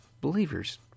believers